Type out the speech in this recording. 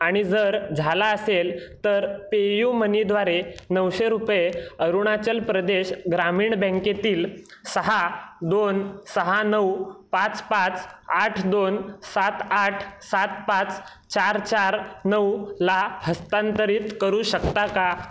आणि जर झाला असेल तर पेयुमनीद्वारे नऊशे रुपये अरुणाचल प्रदेश ग्रामीण बँकेतील सहा दोन सहा नऊ पाच पाच आठ दोन सात आठ सात पाच चार चार नऊला हस्तांतरित करू शकता का